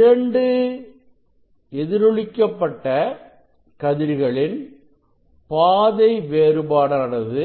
2 எதிரொலிக்க பட்ட கதிர்களின் பாதை வேறுபாடானது